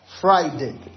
Friday